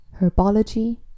herbology